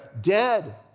dead